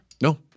No